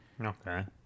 okay